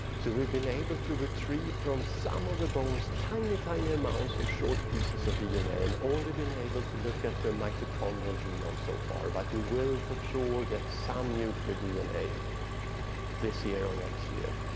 so we've been able to retrieve from some of the bones tiny, tiny amounts of short pieces of dna and only been able to look at the mitochondrial genome so far but we will for sure get some nuclear dna this year or next year.